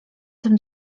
tym